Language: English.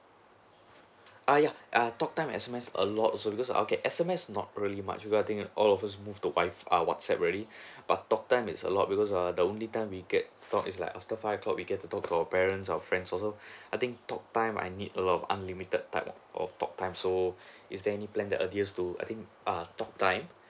err ya err talk time and S_M_S a lot also because okay S_M_S not really much because I think all of us move to wif~ err WhatsApp already but talk time is a lot because err the only time we get talk like after five o'clock we get to talk to our parents our friends so I think talk time I need a lot of unlimited type of talk time so is there any plans that adhere to I think err talk time